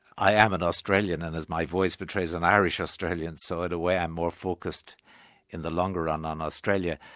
i am an australian, and as my voice betrays, an irish australian, so in a way i'm more focused in the longer run on australia.